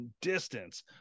distance